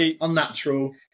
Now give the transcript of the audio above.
unnatural